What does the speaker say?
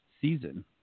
season